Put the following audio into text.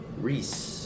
Reese